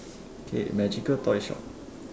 okay magical toy shop